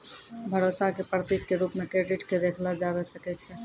भरोसा क प्रतीक क रूप म क्रेडिट क देखलो जाबअ सकै छै